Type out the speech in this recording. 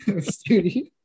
studio